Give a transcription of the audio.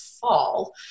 fall